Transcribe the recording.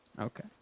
Okay